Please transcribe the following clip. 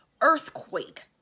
earthquake